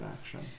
action